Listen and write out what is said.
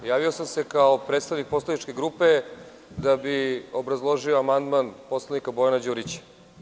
Javio sam se kao predstavnik poslaničke grupe da bih obrazložio amandman poslanika Bojana Đurića.